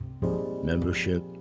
membership